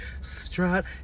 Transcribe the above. Strut